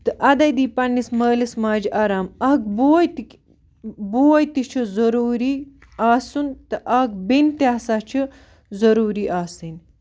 تہٕ اَدَے دیہِ پنٛنِس مٲلِس ماجہِ آرام اَکھ بوے تہِ بوے تہِ چھُ ضٔروٗری آسُن تہٕ اَکھ بیٚنہِ تہِ ہَسا چھِ ضٔروٗری آسٕنۍ